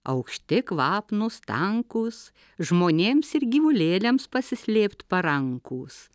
aukšti kvapnūs tankūs žmonėms ir gyvulėliams pasislėpt parankūs